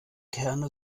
kerne